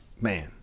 man